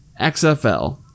XFL